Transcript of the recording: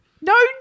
No